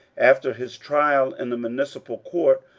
after his trial in the municipal court,